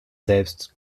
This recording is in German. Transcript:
selbst